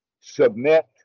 submit